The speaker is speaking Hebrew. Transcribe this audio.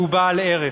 שהוא בעל ערך.